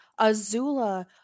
Azula